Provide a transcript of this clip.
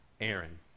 Aaron